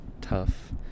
tough